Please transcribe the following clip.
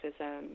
racism